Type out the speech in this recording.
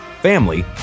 family